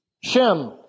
Shem